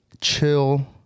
chill